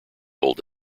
old